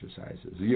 exercises